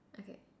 okay